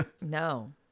no